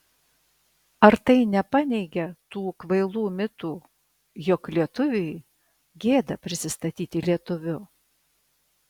ar tai nepaneigia tų kvailų mitų jog lietuviui gėda prisistatyti lietuviu